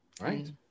right